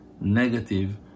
negative